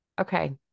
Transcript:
Okay